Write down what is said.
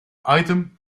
item